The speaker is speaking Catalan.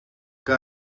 que